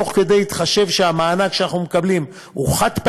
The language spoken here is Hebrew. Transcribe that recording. מתוך התחשבות בזה שהמענק שאנחנו מקבלים הוא חד-פעמי,